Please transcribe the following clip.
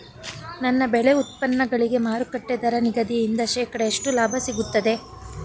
ನನ್ನ ಬೆಳೆ ಉತ್ಪನ್ನಗಳಿಗೆ ಮಾರುಕಟ್ಟೆ ದರ ನಿಗದಿಯಿಂದ ಶೇಕಡಾ ಎಷ್ಟು ಲಾಭ ಸಿಗುತ್ತದೆ?